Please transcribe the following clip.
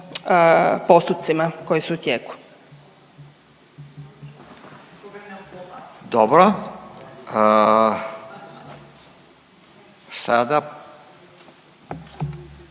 postupcima koji su u tijeku.